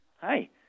Hi